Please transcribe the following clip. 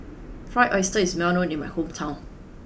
Fried Oyster is well known in my hometown